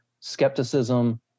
skepticism